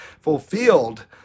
fulfilled